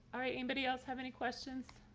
all right. anybody else have any questions?